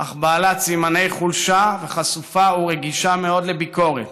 אך בעלת סימני חולשה, וחשופה ורגישה מאוד לביקורת,